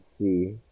see